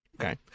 Okay